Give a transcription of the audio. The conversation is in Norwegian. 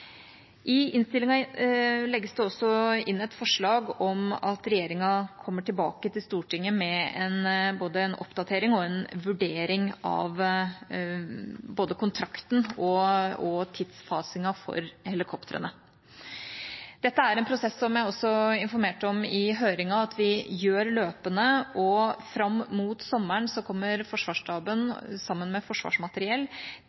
I innstillinga ligger det også et forslag til vedtak om at regjeringa kommer tilbake til Stortinget med både en oppdatering og en vurdering av både kontrakten for og innfasingen av helikoptrene. Dette er en prosess som – som jeg informerte om i høringen – vi gjør løpende. Fram mot sommeren kommer